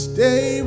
Stay